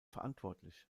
verantwortlich